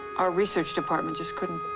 our research department just couldn't